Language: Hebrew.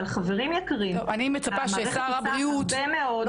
המערכת עושה הרבה מאוד,